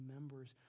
members